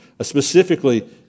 Specifically